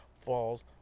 falls